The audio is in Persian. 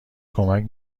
کمک